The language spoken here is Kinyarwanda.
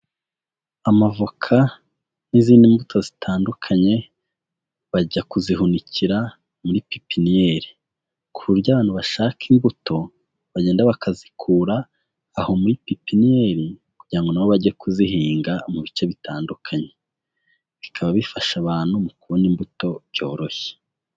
Amavoka n'izindi mbuto zitandukanye, bajya kuzihunikira muri pipiniyeri, ku buryo abantu bashaka imbuto bagenda bakazikura aho muri pipiniyeri kugira ngo na bo bajye kuzihinga mu bice bitandukanye, bikaba bifasha abantu mu kubona imbuto byoroshye.